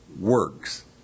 works